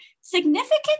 significant